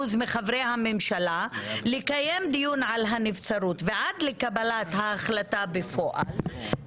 מחברי הממשלה לקיים דיון על הנבצרות ועד לקבלת ההחלטה בפועל,